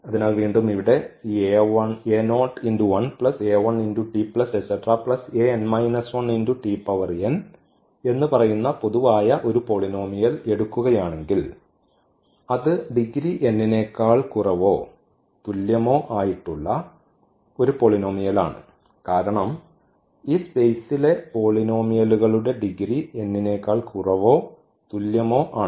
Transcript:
അതിനാൽ വീണ്ടും ഇവിടെ ഈ എന്ന് പറയുന്ന പൊതുവായ ഒരു പോളിനോമിയൽ എടുക്കുകയാണെങ്കിൽ അത് ഡിഗ്രി n നേക്കാൾ കുറവോ തുല്ല്യമോ ആയിട്ടുള്ള ഒരു പോളിനോമിയലാണ് കാരണം ഈ സ്പേസിലെ പോളിനോമിയലുകളുടെ ഡിഗ്രി n നേക്കാൾ കുറവോ തുല്ല്യമോ ആണ്